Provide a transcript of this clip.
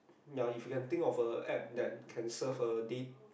ya if you can think of a app that can serve a date